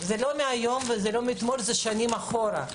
זה לא מהיום ולא מאתמול, זה שנים אחורה.